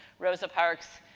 rosa parks